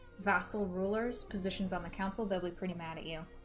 vassal rulers positions on the council they'll pretty mad at you